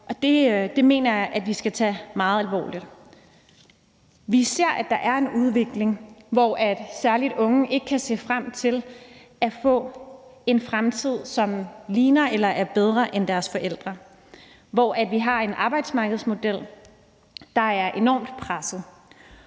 faktisk er til stede her i dag. Vi ser, at der er en udvikling, hvor særlig unge ikke kan se frem til at få en fremtid, som ligner eller er bedre end deres forældres, og hvor vi har en arbejdsmarkedsmodel, der er enormt presset.